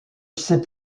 ces